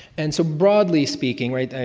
and so broadly speaking, right,